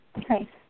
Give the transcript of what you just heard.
Okay